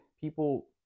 people